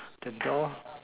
the doll